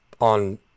on